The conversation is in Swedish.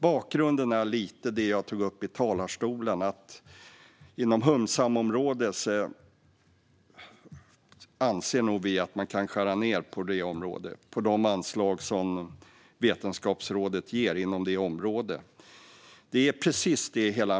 Bakgrunden är lite det som jag tog upp i mitt anförande om att vi anser att man inom hum-sam-området nog kan skära ned på de anslag som Vetenskapsrådet ger.